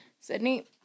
Sydney